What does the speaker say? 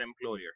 employer